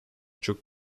çok